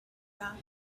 that